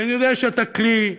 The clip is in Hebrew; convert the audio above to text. כי אני יודע שאתה כלי,